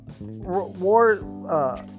war